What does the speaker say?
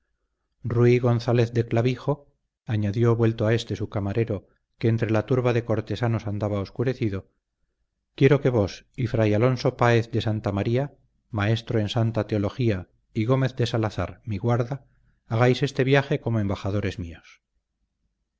rui gonzález de clavijo añadió vuelto a éste su camarero que entre la turba de cortesanos andaba oscurecido quiero que vos y fray alonso páez de santa maría maestro en santa teología y gómez de salazar mi guarda hagáis este viaje como embajadores míos